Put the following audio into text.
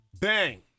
Bang